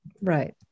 right